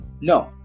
no